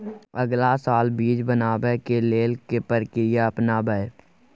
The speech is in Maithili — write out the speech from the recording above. अगला साल बीज बनाबै के लेल के प्रक्रिया अपनाबय?